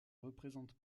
représente